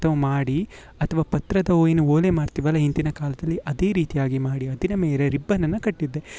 ಅಥವಾ ಮಾಡಿ ಅಥವಾ ಪತ್ರದ ಓ ಏನು ಓಲೆ ಮಾಡ್ತೀವಲ್ಲ ಇಂತಿನ ಕಾಲದಲ್ಲಿ ಅದೇ ರೀತಿಯಾಗಿ ಮಾಡಿ ಅದರ ಮೇರೆ ರಿಬ್ಬನನ್ನು ಕಟ್ಟಿದ್ದೆ